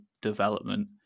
Development